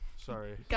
sorry